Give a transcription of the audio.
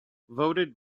voted